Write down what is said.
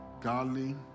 Godly